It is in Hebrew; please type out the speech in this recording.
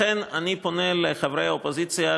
לכן, אני פונה לחברי האופוזיציה,